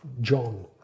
John